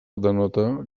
denota